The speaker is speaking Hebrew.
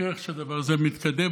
מוכיח שהדבר הזה מתקדם.